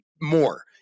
More